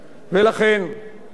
אני הצעתי הצעה,